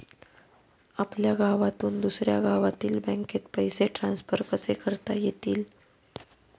आपल्या गावातून दुसऱ्या गावातील बँकेत पैसे ट्रान्सफर कसे करता येतील?